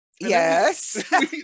Yes